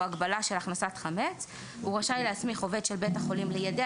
הגבלה של הכנסת חמץ הוא רשאי להסמיך עובד של בית החולים ליידע